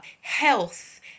health